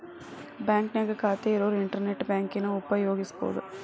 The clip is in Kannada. ಬಾಂಕ್ನ್ಯಾಗ ಖಾತೆ ಇರೋರ್ ಇಂಟರ್ನೆಟ್ ಬ್ಯಾಂಕಿಂಗನ ಉಪಯೋಗಿಸಬೋದು